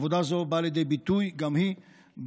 עבודה זו באה לידי ביטוי גם היא בדיכוי,